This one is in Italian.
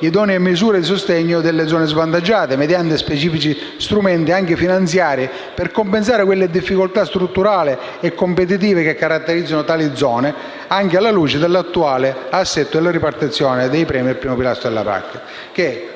idonee misure di sostegno delle zone svantaggiate, mediante specifici strumenti, anche finanziari, per compensare le difficoltà strutturali e competitive che caratterizzano tali zone, anche alla luce dell'attuale assetto della ripartizione dei premi del primo pilastro della PAC, che